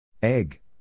Egg